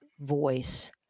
voice